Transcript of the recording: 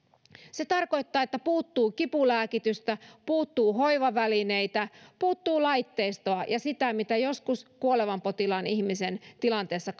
se tarkoittaa että puuttuu kipulääkitystä puuttuu hoivavälineitä puuttuu laitteistoa ja sitä mitä joskus kuolevan potilaan ihmisen tilanteessa